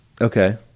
Okay